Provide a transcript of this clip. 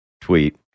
tweet